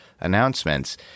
announcements